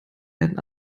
werden